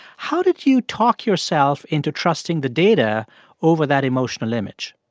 how did you talk yourself into trusting the data over that emotional image?